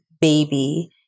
baby